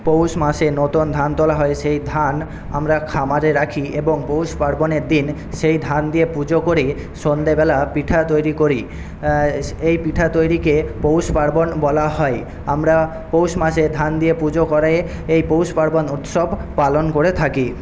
পৌষ মাসে নতুন ধান তোলা হয় সেই ধান আমরা খামারে রাখি এবং পৌষপার্বণের দিন সেই ধান দিয়ে পুজো করি সন্ধেবেলা পিঠে তৈরি করি এই পিঠে তৈরীকে পৌষপার্বণ বলা হয় আমরা পৌষ মাসে ধান দিয়ে পুজো করে এই পৌষপার্বণ উৎসব পালন করে থাকি